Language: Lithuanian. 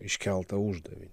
iškeltą uždavinį